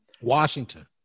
Washington